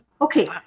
okay